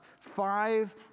five